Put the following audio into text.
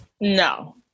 No